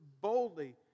boldly